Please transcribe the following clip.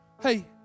hey